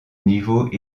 niveau